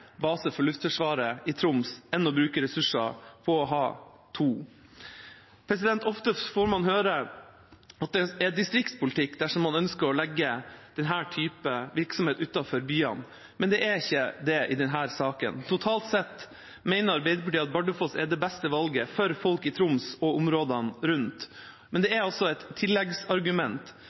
base for Luftforsvaret i Troms enn å bruke ressurser på å ha to. Ofte får man høre at det er distriktspolitikk dersom man ønsker å legge denne typen virksomhet utenfor byene, men det er det ikke i denne saken. Totalt sett mener Arbeiderpartiet at Bardufoss er det beste valget for folk i Troms og områdene rundt. Men det er et tilleggsargument: